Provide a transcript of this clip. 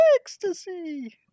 ecstasy